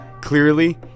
clearly